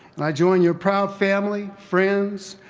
and i join your proud family, friends,